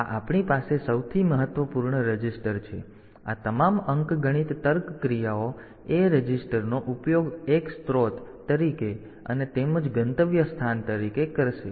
તેથી આ આપણી પાસે સૌથી મહત્વપૂર્ણ રજીસ્ટર છે અને આ તમામ અંકગણિત તર્ક ક્રિયાઓ A રજીસ્ટરનો ઉપયોગ એક સ્ત્રોત તરીકે અને તેમજ ગંતવ્ય સ્થાન તરીકે કરશે